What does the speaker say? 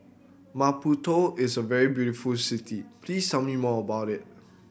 Maputo is a very beautiful city please tell me more about it